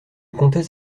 comptais